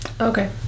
okay